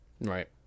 Right